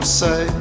say